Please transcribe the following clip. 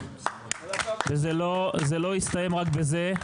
וזה לא יסתיים רק בזה.